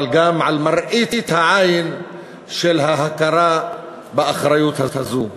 אבל גם על מראית העין של ההכרה באחריות הזאת.